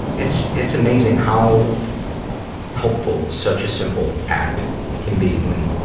it's, it's amazing how helpful such a simple act can be when,